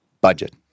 budget